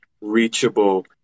reachable